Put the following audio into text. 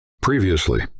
Previously